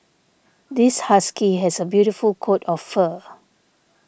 this husky has a beautiful coat of fur